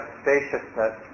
spaciousness